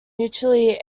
mutually